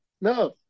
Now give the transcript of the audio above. no